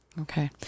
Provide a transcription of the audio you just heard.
Okay